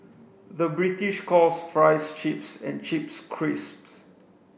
the British calls fries chips and chips crisps